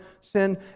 sin